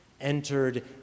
entered